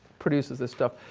produces this stuff.